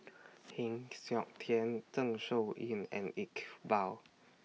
Heng Siok Tian Zeng Shouyin and Iqbal